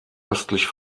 östlich